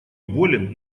болен